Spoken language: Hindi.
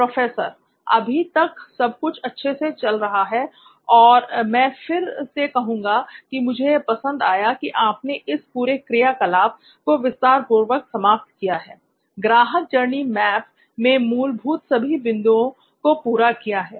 प्रोफेसर अभी तक सब कुछ अच्छे से चल रहा है और मैं फिर से कहूँगा की मुझे यह पसंद आया कि आपने इस पूरे क्रिया कलाप को विस्तार पूर्वक समाप्त किया है और ग्राहक जर्नी मैप में मूलभूत सभी बिंदुओं को पूरा किया है